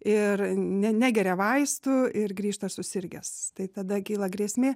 ir ne negeria vaistų ir grįžta susirgęs tai tada kyla grėsmė